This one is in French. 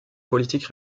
politique